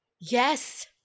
Yes